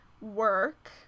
work